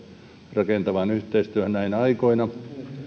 rakentavaan yhteistyöhön näinä aikoina